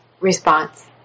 response